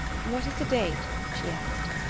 what is the date? she asked.